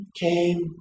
came